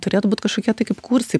turėtų būt kažkokie tai kaip kursai